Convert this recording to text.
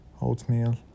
oatmeal